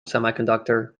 semiconductor